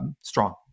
strong